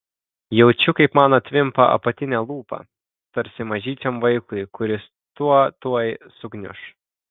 jaučiu kaip man atvimpa apatinė lūpa tarsi mažyčiam vaikui kuris tuo tuoj sugniuš